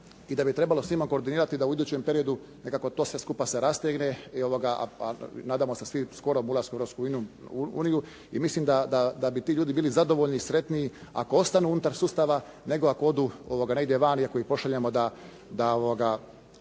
i da bi trebalo s njima koordinirati da u idućem periodu nekako to sve skupa se rastegne, a nadamo se svi skorom ulasku u Europsku uniju. I mislim da bi ti ljudi bili zadovoljni, sretniji ako ostanu unutar sustavu, nego ako odu negdje vani i ako ih pošaljemo da